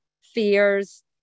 fears